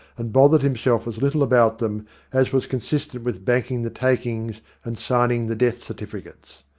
and bothered him self as little about them as was consistent with banking the takings and signing the death-certificates.